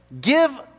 give